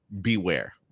beware